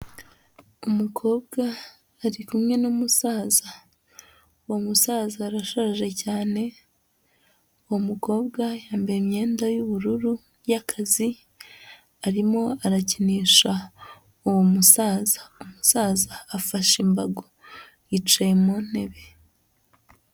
Umukobwa ari kumwe n'umusaza, uwo musaza arashaje cyane, uwo mukobwa yambaye imyenda y'ubururu y'akazi, arimo arakinisha uwo musaza, umusaza afashe imbago yicaye mu ntebe.